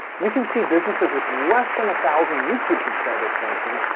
you can see businesses with less than a thousand youtube subscribers, for instance,